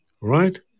right